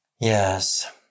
Yes